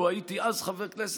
לו הייתי אז חבר כנסת,